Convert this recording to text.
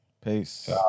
Peace